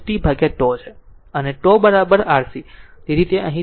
અને τ RC તેથી અહીં τ RC કહો